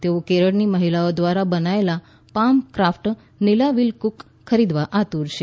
તેઓ કેરળની મહિલાઓ દ્વારા બનાવાયેલ પામ ક્રાફ્ટ નીલાવિલકકુ ખરીદવા આતુર છે